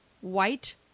white